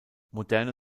moderne